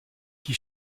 qui